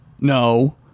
No